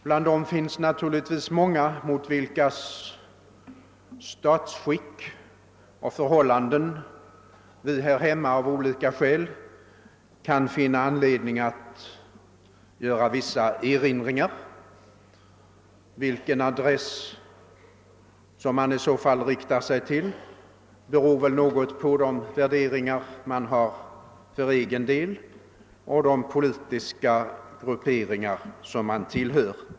Bland dem är det naturligtvis många, mot vilkas statsskick och förhållanden i övrigt vi i vårt land av olika skäl kan finna anledning att göra vissa erinring "ar. Vilken adress man i så fall riktar 'sig till beror något på de värderingar man har för egen del och de politiska 'grupperingar man tillhör.